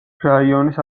რაიონის